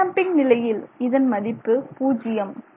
அண்டேம்பிங் நிலையில் இதன் மதிப்பு பூஜ்யம்